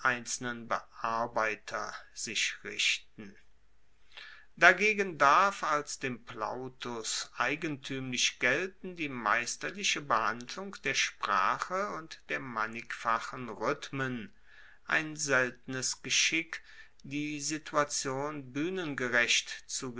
bearbeiter sich richten dagegen darf als dem plautus eigentuemlich gelten die meisterliche behandlung der sprache und der mannigfachen rhythmen ein seltenes geschick die situation